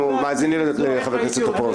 אנחנו מאזינים לחבר הכנסת טופורובסקי.